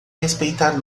respeitar